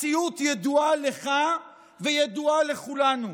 המציאות ידועה לך וידועה לכולנו,